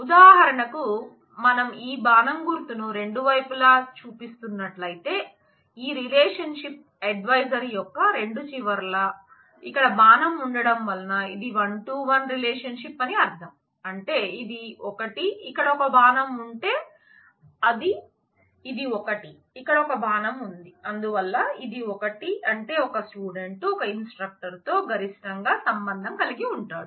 ఉదాహరణకు మనం ఈ బాణం గుర్తు ను రెండు వైపుల చూపిస్తున్నట్లయితే ఈ రిలేషన్ షిప్ ఎడ్వైజర్ తో గరిష్టంగా సంబంధం కలిగి ఉంటాడు